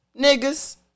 Niggas